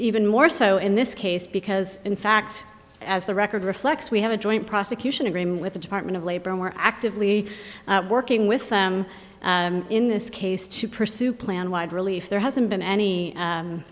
even more so in this case because in fact as the record reflects we have a joint prosecution agreement with the department of labor and we're actively working with them in this case to pursue plan wide relief there hasn't been any